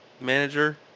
manager